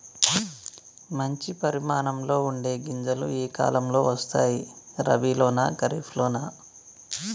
మంచి పరిమాణం ఉండే గింజలు ఏ కాలం లో వస్తాయి? రబీ లోనా? ఖరీఫ్ లోనా?